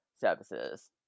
services